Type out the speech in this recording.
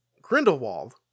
Grindelwald